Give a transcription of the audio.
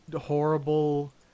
horrible